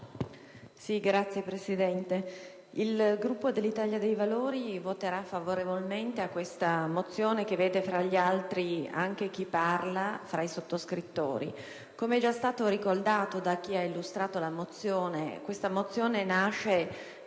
Signor Presidente, il Gruppo dell'Italia dei Valori voterà favorevolmente questa mozione che vede, fra gli altri, anche chi parla fra i sottoscrittori. Come è già stato ricordato da chi ha illustrato la mozione, essa nasce